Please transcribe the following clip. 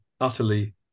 utterly